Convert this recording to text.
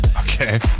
Okay